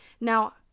Now